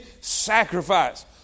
sacrifice